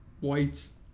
whites